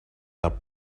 are